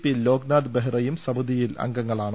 P Loknath ബെഹ്റയും സമിതിയിൽ അംഗങ്ങളാണ്